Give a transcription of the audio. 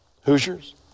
Hoosiers